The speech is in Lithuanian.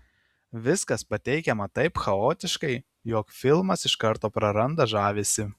viskas pateikiama taip chaotiškai jog filmas iš karto praranda žavesį